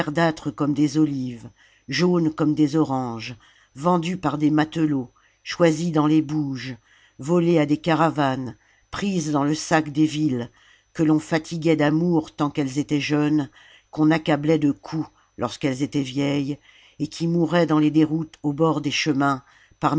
verdâtres comme des olives jaunes comme des oranges vendues par des matelots choisies dans les bouges volées à des caravanes prises dans le sac des villes que l'on fatiguait d amour tant qu'elles étaient jeunes qu'on accablait de coups lorsqu'elles étaient vieilles et qui mouraient dans les déroutes au bord des chemins